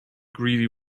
greedy